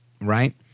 right